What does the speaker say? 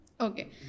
Okay